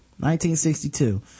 1962